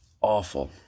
awful